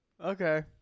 Okay